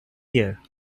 here